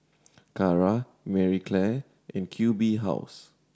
Kara Marie Claire and Q B House